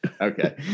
Okay